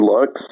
looks